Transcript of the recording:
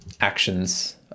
actions